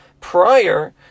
prior